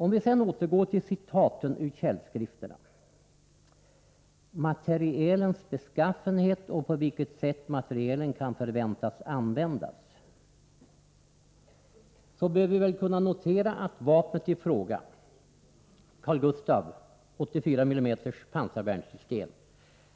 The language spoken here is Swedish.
Om vi sedan återgår till citatet ur källskrifterna — ”materielens beskaffenhet och på vilket sätt materielen kan förväntas användas” — bör vi väl kunna notera att vapnet i fråga, Carl Gustaf 84 mm pansarvärnssystem,